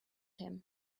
him